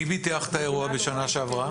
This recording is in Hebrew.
מי ביטח את האירוע בשנה שעברה?